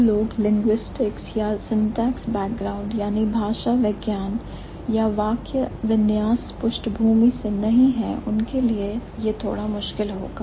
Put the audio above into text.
जो लोग लिंग्विस्टिक्स यानी भाषा विज्ञान या सिंटेक्स यानी वाक्य विन्यास बैकग्राउंड या पुष्टभूमि से नहीं हैं उनके लिए यह थोड़ा मुश्किल होगा